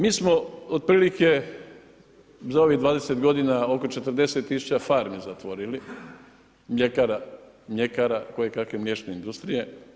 Mi smo otprilike za ovih 20 godina oko 40 tisuća farmi zatvorili, mljekara, koje kakve mliječne industrije.